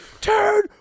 turn